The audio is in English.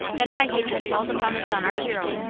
then my hatred falls upon the son arturo,